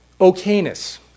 okayness